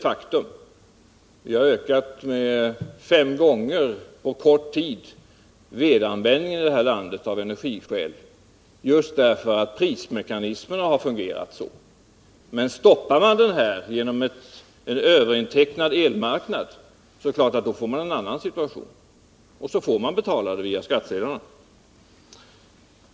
Faktum är att vedanvändningen ökat fem gånger på kort tid i landet just därför att prismekanismen fungerat. Men stoppar man denna utveckling genom en överintecknad elmarknad eller på annat sätt blir situationen givetvis en annan. Då måste man betala det via skattsedlarna.